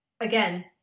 again